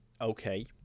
Okay